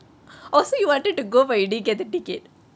oh so you wanted to go but didn't get the ticket